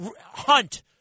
hunt